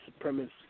supremacist